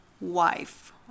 wife